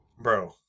bro